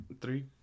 Three